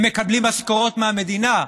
הם מקבלים משכורות מהמדינה,